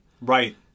Right